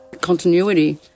continuity